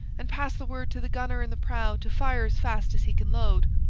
and pass the word to the gunner in the prow to fire as fast as he can load.